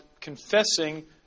confessing